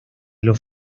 los